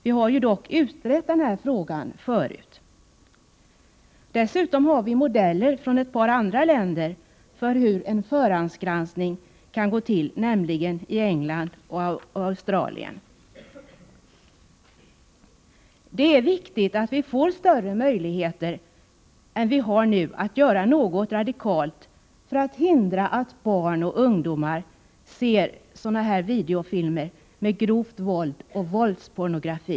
Vi har ju utrett den här frågan tidigare. Dessutom har vi från ett par andra länder, nämligen England och Australien, modeller för hur en förhandsgranskning skall gå till. Det är viktigt att vi får större möjligheter än vad vi nu har att göra något radikalt för att hindra att barn och ungdomar ser sådana här videofilmer med inslag av grovt våld och våldspornografi.